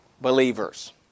believers